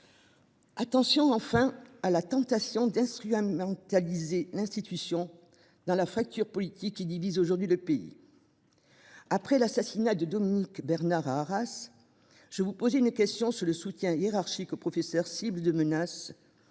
Attention enfin à la tentation de l’instrumentalisation de l’institution dans la fracture politique qui divise aujourd’hui le pays. À la suite de l’assassinat de Dominique Bernard à Arras, je vous ai posé une question sur le soutien de la hiérarchie aux professeurs cibles de menaces